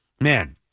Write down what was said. man